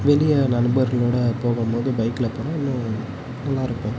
வெளியே நண்பர்களோட போகும் போது பைக்கில போனால் இன்னும் நல்லாருக்கும்